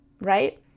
right